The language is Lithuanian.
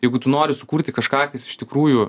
jeigu tu nori sukurti kažką kas iš tikrųjų